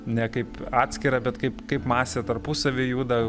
ne kaip atskirą bet kaip kaip masė tarpusavy juda